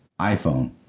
iPhone